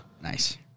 Nice